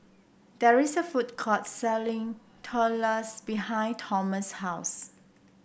there is a food court selling Tortillas behind Thomas' house